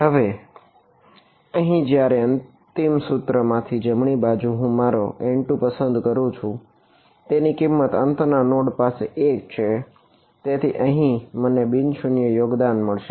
હવે અહીં જયારે અંતિમ સૂત્ર માંથી જમણી બાજુ હું મારો N2 પસંદ કરું છું તેની કિંમત અંતના નોડ પાસે 1 છે તેથી અહીં મને બિન શૂન્ય યોગદાન મળશે